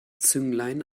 zünglein